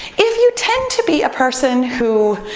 if you tend to be a person who,